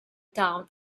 town